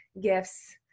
gifts